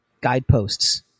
guideposts